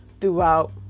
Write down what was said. throughout